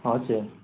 हजुर